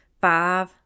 five